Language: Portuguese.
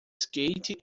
skate